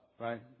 right